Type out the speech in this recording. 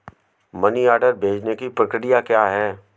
Money order भेजने की प्रक्रिया क्या है?